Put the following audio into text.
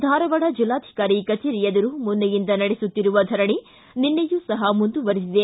ಧಾರವಾಡ ಜಿಲ್ಲಾಧಿಕಾರಿ ಕಚೇರಿ ಎದುರು ಮೊನ್ನೆಯಿಂದ ನಡೆಸುತ್ತಿರುವ ಧರಣಿ ನಿನ್ನೆಯೂ ಸಹ ಮುಂದುವರಿದಿದೆ